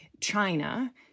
China